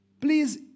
Please